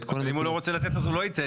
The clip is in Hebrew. אבל, אם הוא לא רוצה לתת אז הוא לא ייתן.